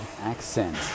accent